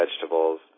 vegetables